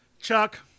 Chuck